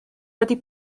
wedi